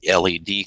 LED